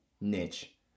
niche